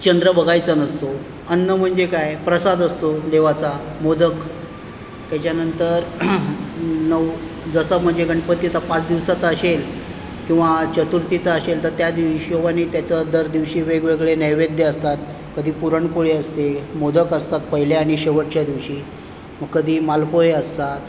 चंद्र बघायचा नसतो अन्न म्हणजे काय प्रसाद असतो देवाचा मोदक त्याच्यानंतर नऊ जसं म्हणजे गणपती तर पाच दिवसाचा असेल किंवा चतुर्थीचा असेल तर त्या हिशोबानी त्याचं दर दिवशी वेगवेगळे नैवेद्य असतात कधी पुरणपोळी असते मोदक असतात पहिल्या आणि शेवटच्या दिवशी कधी मालपोहे असतात